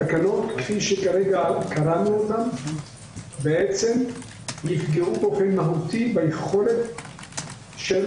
התקנות כפי שכרגע קראנו אותן בעצם יפגעו באופן מהותי ביכולת של